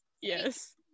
yes